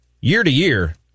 Year-to-year